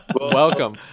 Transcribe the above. Welcome